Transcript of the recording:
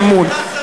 אתה,